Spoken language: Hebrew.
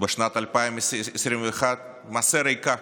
בשנת 2021 למעשה ריקה